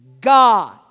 God